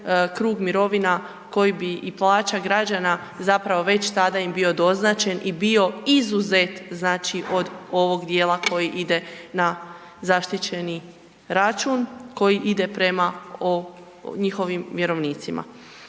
krug mirovina koji bi i plaća građana zapravo već tada im bio doznačen i bio izuzet, znači od ovog dijela koji ide na zaštićeni račun koji ide prema njihovim vjerovnicima.